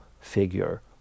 figure